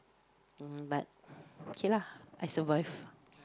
uh but okay lah I survive